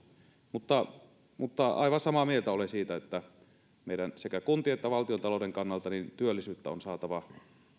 aivan samaa mieltä olen siitä että sekä kuntien talouden että valtiontalouden kannalta työllisyyttä on saatava